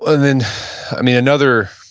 and then another,